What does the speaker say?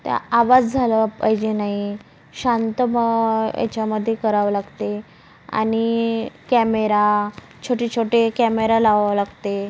त्या आवाज झाला पाहिजे नाही शांत बॉ याच्यामध्ये करावं लागते आणि कॅमेरा छोटे छोटे कॅमेरा लावावं लागते